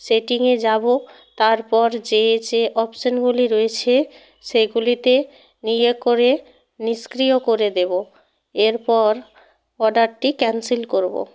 সেটিংয়ে যাব তারপর যে যে অপশানগুলি রয়েছে সেগুলিতে নিয়ে করে নিষ্ক্রিয় করে দেবো এরপর অর্ডারটি ক্যানসেল করব